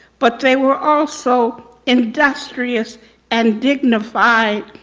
but they were also industrious and dignified,